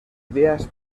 ideas